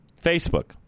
facebook